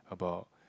about